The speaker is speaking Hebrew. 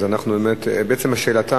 בעצם השאלה היא: